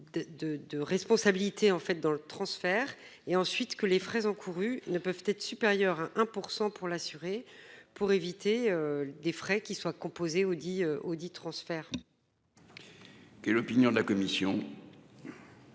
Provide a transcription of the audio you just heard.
de responsabilité en fait dans le transfert et ensuite que les frais encourus ne peuvent être supérieur à 1% pour l'assurer pour éviter des frais qui soit composée Audi Audi transfert. Et l'opinion de la commission.